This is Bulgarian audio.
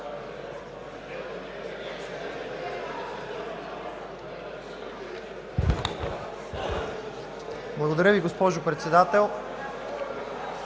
Благодаря, госпожо Председател.